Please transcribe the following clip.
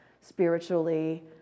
spiritually